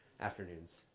afternoons